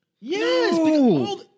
Yes